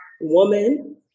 woman